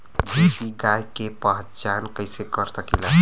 देशी गाय के पहचान कइसे कर सकीला?